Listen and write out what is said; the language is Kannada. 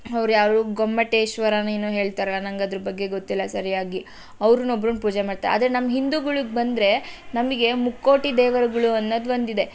ಅವ್ರು ಯಾರು ಗೊಮ್ಮಟೇಶ್ವರನೊ ಏನೋ ಹೇಳ್ತಾರಲ್ಲ ನನ್ಗೆ ಅದ್ರ ಬಗ್ಗೆ ಗೊತ್ತಿಲ್ಲ ಸರಿಯಾಗಿ ಅವ್ರನೋಬ್ಬ್ರನ್ನ ಪೂಜೆ ಮಾಡ್ತಾರೆ ಆದರೆ ನಮ್ಮ ಹಿಂದೂಗಳಿಗೆ ಬಂದರೆ ನಮಗೆ ಮುಕ್ಕೋಟಿ ದೇವರುಗಳು ಅನ್ನೋದು ಒಂದಿದೆ